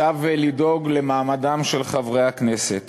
צו לדאוג למעמדם של חברי הכנסת.